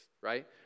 right